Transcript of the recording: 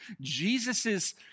Jesus's